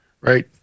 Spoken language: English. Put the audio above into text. Right